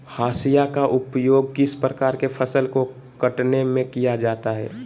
हाशिया का उपयोग किस प्रकार के फसल को कटने में किया जाता है?